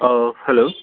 अं hello